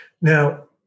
Now